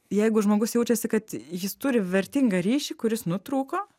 jeigu žmogus jaučiasi kad jis turi vertingą ryšį kuris nutrūko